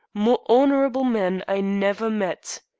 more honorable man i never met.